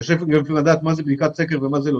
קשה גם לדעת מה זה בדיקת סקר ומה זה לא.